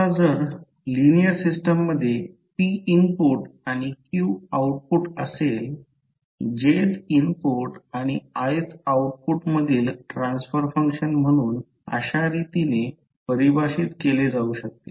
आता जर linear system मध्ये p इनपुट आणि q आउटपुट असेल jth इनपुट आणि ith आउटपुट मधील ट्रान्सफर फंक्शन म्हणून अशा रीतीने परिभाषित केले जाऊ शकते